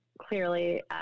clearly